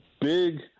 big